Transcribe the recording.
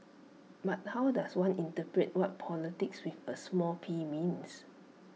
but how does one interpret what politics with A small P means